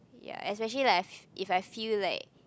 ya especially like if I feel like